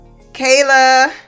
Kayla